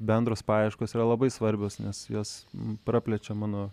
bendros paieškos yra labai svarbios nes jos praplečia mano